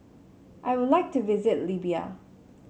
I would like to visit Libya